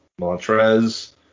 Montrez